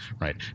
right